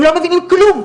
הם לא מבינים כלום.